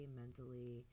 mentally